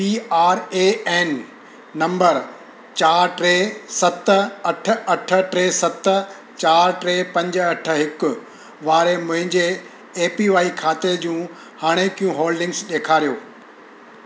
P R A N number चारि टे सत अठ अठ टे सत चारि टे पंज अठ हिकु वारे मुंहिंजे ए पी वाए खाते जूं हाणोकियूं होल्डिंग्स ॾेखारियो